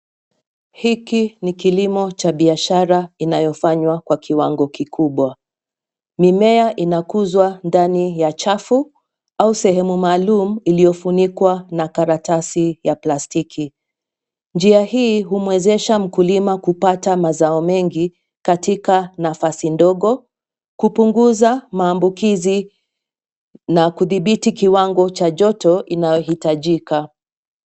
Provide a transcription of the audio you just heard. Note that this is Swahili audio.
Hiki ni kilimo cha biashara inayofanywa kwa kiwango kikubwa. Mimea inakuzwa ndani ya chafu au sehemu maalum iliyofunikwa na karatasi ya plastiki. Njia hii humwezesha mkulima kupata mazao mengi katika nafasi ndogo, kupunguza maambukizi na kudhibiti kiwango cha joto inayohitajika.